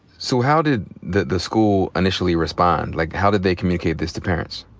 so how did the the school initially respond? like, how did they communicate this to parents?